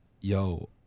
yo